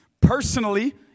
personally